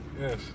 Yes